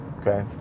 Okay